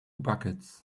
buckets